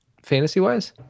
Fantasy-wise